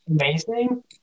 amazing